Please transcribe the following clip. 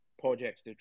projects